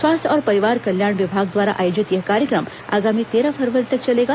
स्वास्थ्य और परिवार कल्याण विभाग द्वारा आयोजित यह कार्यक्रम आगामी तेरह फरवरी तक चलेगा